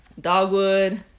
dogwood